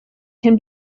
can